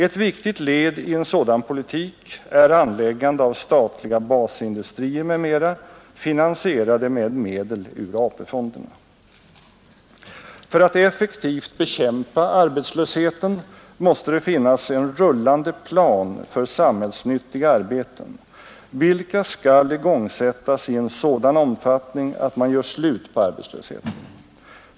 Ett viktigt led i en sådan politik är anläggande av statliga basindustrier m.m., finansierade med medel ur AP-fonderna. För att effektivt bekämpa arbetslösheten måste det finnas en rullande plan för samhällsnyttiga arbeten, vilka skall igångsättas i en sådan omfattning att man gör slut på arbetslösheten.